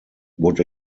would